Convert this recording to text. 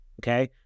Okay